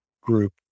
group